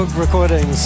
Recordings